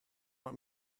want